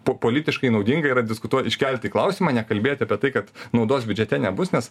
po politiškai naudinga yra diskutuo iškelti klausimą nekalbėt apie tai kad naudos biudžete nebus nes